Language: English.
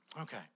okay